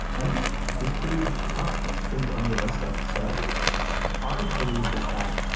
i think is is pretty tough. it's pretty unrealistic so our belief is that,